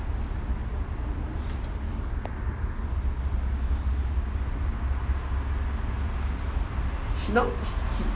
now he